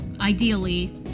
ideally